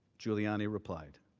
giuliani replied.